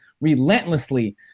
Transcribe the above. relentlessly